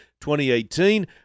2018